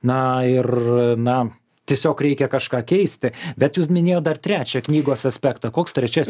na ir na tiesiog reikia kažką keisti bet jūs minėjo dar trečią knygos aspektą koks trečiasis